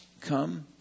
Come